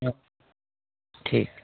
हं ठीक